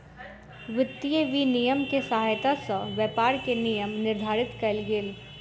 वित्तीय विनियम के सहायता सॅ व्यापार के नियम निर्धारित कयल गेल